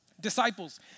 Disciples